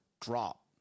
drop